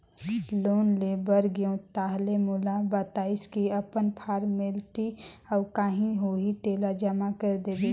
loan ले बर गेंव ताहले मोला बताइस की अपन फारमेलटी अउ काही होही तेला जमा कर देबे